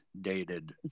dated